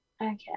Okay